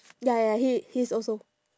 ya ya ya he he is also